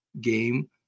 game